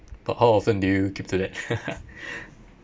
but how often do you keep to that